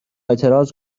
اعتراض